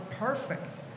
perfect